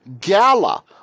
Gala